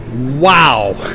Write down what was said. wow